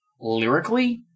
lyrically